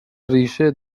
ریشه